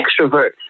extrovert